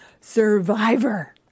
Survivor